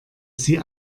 sie